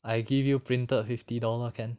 I give you printed fifty dollar can